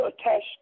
attached